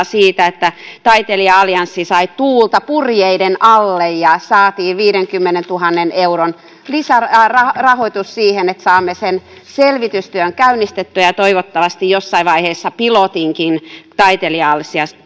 siitä että taiteilija allianssi sai tuulta purjeiden alle ja saatiin viidenkymmenentuhannen euron lisärahoitus siihen että saamme sen selvitystyön käynnistettyä ja ja toivottavasti jossain vaiheessa pilotinkin taiteilija